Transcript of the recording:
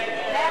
מי נגד?